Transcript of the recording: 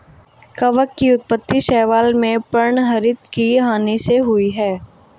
कवक की उत्पत्ति शैवाल में पर्णहरित की हानि होने से हुई है